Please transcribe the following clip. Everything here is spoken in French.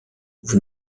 vous